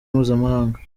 mpuzamahanga